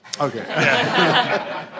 Okay